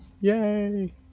Yay